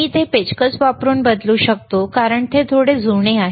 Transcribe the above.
मी ते पेचकस वापरून बदलू शकतो कारण ते थोडे जुने आहे